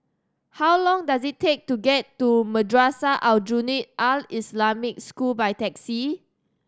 how long does it take to get to Madrasah Aljunied Al Islamic School by taxi